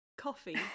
coffee